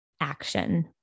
action